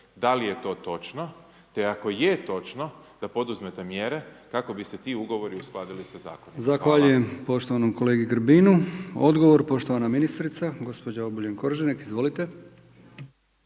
da li je to točno, te ako je točno, da poduzete mjere kako bi se ti ugovori uskladili sa zakonima. Hvala.